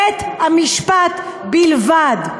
בית-המשפט בלבד.